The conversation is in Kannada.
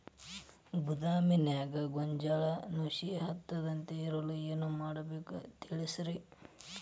ಗೋದಾಮಿನ್ಯಾಗ ಗೋಂಜಾಳ ನುಸಿ ಹತ್ತದೇ ಇರಲು ಏನು ಮಾಡಬೇಕು ತಿಳಸ್ರಿ